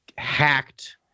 hacked